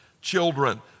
Children